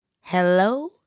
Hello